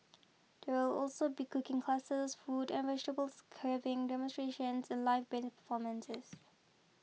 there will also be cooking classes fruit and vegetables carving demonstrations and live band performances